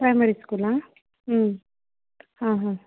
primary ಸ್ಕೂಲಾ ಹ್ಞೂ ಹಾಂ ಹಾಂ